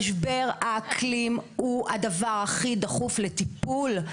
משבר האקלים הוא הדבר הכי דחוף לטיפול.